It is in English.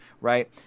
right